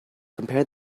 compare